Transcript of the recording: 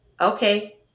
okay